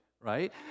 right